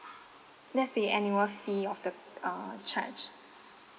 that's the annual fee of the uh charge